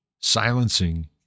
silencing